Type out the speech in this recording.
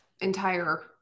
entire